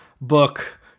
book